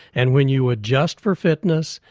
and when you adjust for fitness,